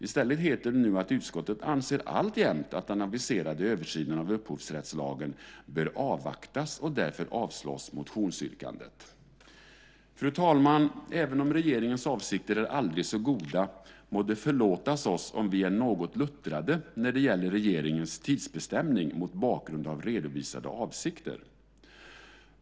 I stället heter det nu att utskottet alltjämt anser att den aviserade översynen av upphovsrättslagen bör avvaktas. Därför avslås motionsyrkandet. Fru talman! Även om regeringens avsikter är aldrig så goda må det förlåtas oss om vi är något luttrade när det gäller regeringens tidsbestämning mot bakgrund av redovisade avsikter.